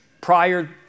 prior